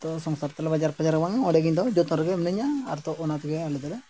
ᱛᱚ ᱥᱚᱝᱥᱟᱨ ᱛᱟᱞᱮ ᱵᱟᱡᱟᱨ ᱯᱷᱟᱡᱟᱨ ᱦᱚᱸ ᱵᱟᱝ ᱚᱸᱰᱮ ᱜᱮ ᱤᱧ ᱫᱚ ᱡᱚᱛᱚᱱ ᱨᱮᱜᱮ ᱢᱤᱱᱟᱹᱧᱟ ᱟᱨ ᱛᱚ ᱚᱱᱟ ᱛᱮᱜᱮ ᱟᱞᱮ ᱫᱚᱞᱮ